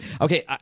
okay